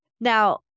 Now